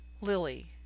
Lily